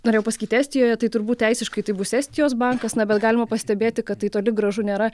norėjau pasakyti estijoje tai turbūt teisiškai tai bus estijos bankas na bet galima pastebėti kad tai toli gražu nėra